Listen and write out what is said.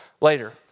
later